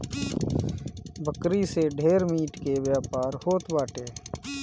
बकरी से ढेर मीट के व्यापार होत बाटे